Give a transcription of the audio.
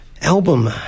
album